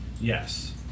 Yes